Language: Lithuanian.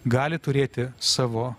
gali turėti savo